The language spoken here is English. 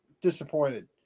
Disappointed